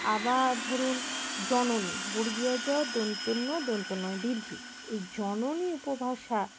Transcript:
আবার ধরুন জননী জ ন দন্ত্য ন এ দীর্ঘ ই এই জননী উপভাষা